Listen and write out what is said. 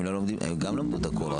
הם גם למדו הכול,